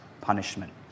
punishment